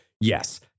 Yes